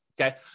okay